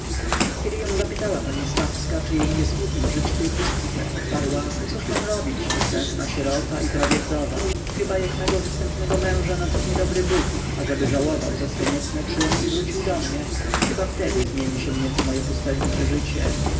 kiedy ją zapytała pani stawska czy jej nie smutno żyć w tej pustce odparła cóż mam robić nieszczęsna sierota i prawie wdowa chyba jak mego występnego męża natchnie dobry bóg ażeby żałował za swoje niecne czyny i wrócił do mnie chyba wtedy zmieni się nieco moje pustelnicze życie